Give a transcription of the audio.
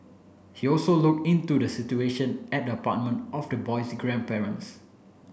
he also look into the situation at the apartment of the boy's grandparents